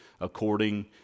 according